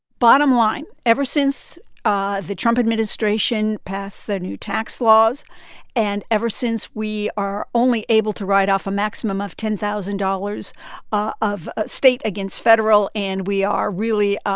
bottom line, ever since ah the trump administration passed their new tax laws and ever since we are only able to write off a maximum of ten thousand dollars ah of state against federal and we are really